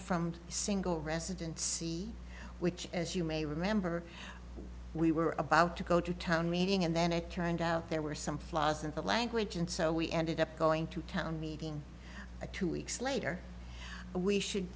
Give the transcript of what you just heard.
from single resident c which as you may remember we were about to go to town meeting and then it turned out there were some flaws in the language and so we ended up going to town meeting a two weeks later we should